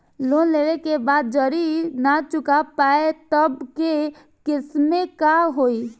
Loan लेवे के बाद जड़ी ना चुका पाएं तब के केसमे का होई?